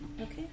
Okay